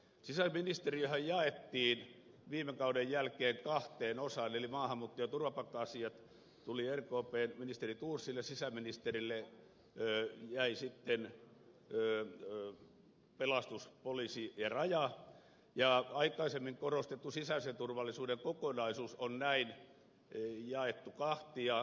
sisäministeriöhän jaettiin viime kauden jälkeen kahteen osaan eli maahanmuutto ja turvapaikka asiat tulivat rkpn ministeri thorsille sisäministerille jäivät sitten pelastus poliisi ja raja ja aikaisemmin korostettu sisäisen turvallisuuden kokonaisuus on näin jaettu kahtia